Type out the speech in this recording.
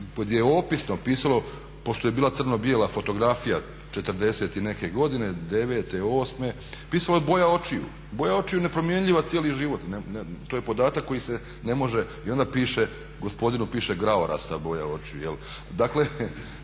gdje je opisno pisalo pošto je bila crno-bijela fotografija 40 i neke godine devete, osme, pisalo je boja očiju. Boja očiju je nepromjenjiva cijeli život, to je podatak koji se ne može i onda gospodinu piše graorasta boja očiju.